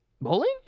bowling